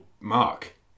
Mark